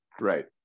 Right